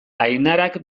ainarak